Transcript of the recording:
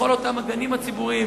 בכל אותם גנים ציבוריים,